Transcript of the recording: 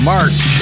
March